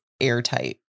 airtight